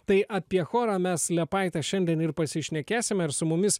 tai apie chorą mes liepaitę šiandien ir pasišnekėsime ir su mumis